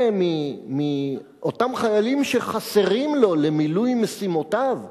מאותם חיילים שחסרים לו למילוי משימותיו,